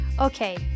Okay